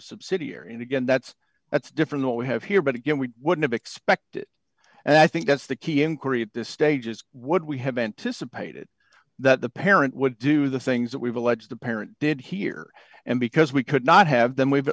a subsidiary and again that's that's different what we have here but again we would have expected and i think that's the key inquiry at this stage is would we have anticipated that the parent would do the things that we've alleged the parent did here and because we could not have them we've